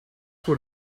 what